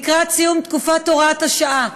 לקראת סיום תקופת הוראת השעה,